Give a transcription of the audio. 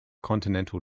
continental